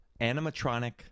animatronic